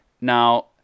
Now